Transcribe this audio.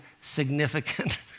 significant